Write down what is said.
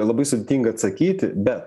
labai sudėtinga atsakyti bet